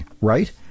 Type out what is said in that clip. right